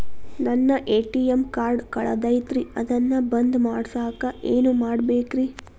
ನನ್ನ ATM card ಕಳದೈತ್ರಿ ಅದನ್ನ ಬಂದ್ ಮಾಡಸಾಕ್ ಏನ್ ಮಾಡ್ಬೇಕ್ರಿ?